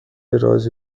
رازی